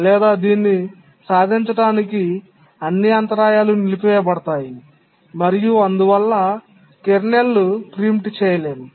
లేదా దీన్ని సాధించడానికి అన్ని అంతరాయాలు నిలిపివేయబడతాయి మరియు అందువల్ల కెర్నల్ను ప్రీమిప్ చేయలేము